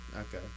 Okay